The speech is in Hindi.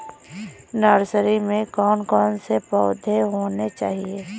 नर्सरी में कौन कौन से पौधे होने चाहिए?